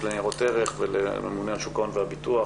לניירות ערך ולממונה על שוק ההון והביטוח,